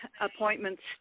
appointments